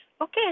Okay